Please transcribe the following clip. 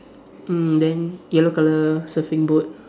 mm then yellow colour surfing board